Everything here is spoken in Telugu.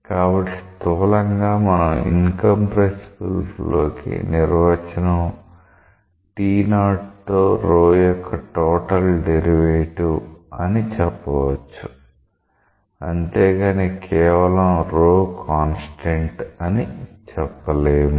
కాబట్టి స్థూలంగా మనం ఇన్ కంప్రెసిబుల్ ఫ్లో కి నిర్వచనం t0 తో ρ యొక్క total derivative derivative of ρ with respect to t0 అని చెప్పవచ్చు అంతేకానీ కేవలం ρ కాన్స్టెంట్ అని చెప్పలేము